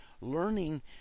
learning